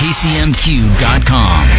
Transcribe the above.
KCMQ.com